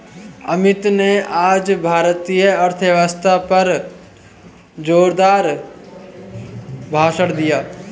अमित ने आज भारतीय अर्थव्यवस्था पर जोरदार भाषण दिया